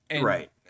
right